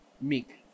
Meek